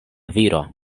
viro